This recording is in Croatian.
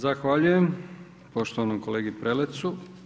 Zahvaljujem poštovanom kolegi Prelecu.